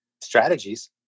strategies